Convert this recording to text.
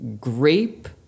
grape